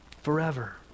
forever